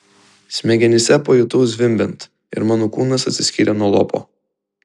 smegenyse pajutau zvimbiant ir mano kūnas atsiskyrė nuo lopo